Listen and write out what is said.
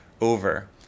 over